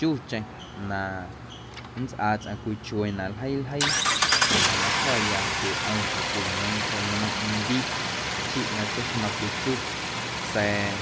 Chucheⁿ na nntsꞌaa tsꞌaⁿ cwii chuee na ljeii ljeii xjeⁿ na matsjo̱ya cwii ꞌom oo cwii ñeeⁿ joꞌ ndiꞌ chiꞌ na tseixmaⁿ cwii chu sa̱a̱